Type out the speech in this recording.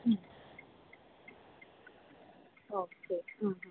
മ് ഓക്കെ മ് മ്